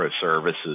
services